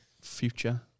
future